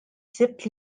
sibt